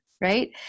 right